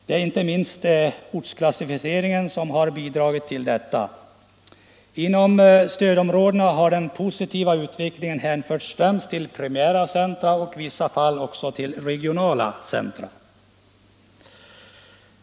Det är inte minst ortsklassificeringen som har bidragit till detta. Inom stödområdena har en positiv utveckling främst ägt rum i primära centra och i vissa fall också i regionala centra.